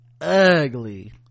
ugly